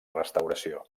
restauració